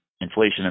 Inflation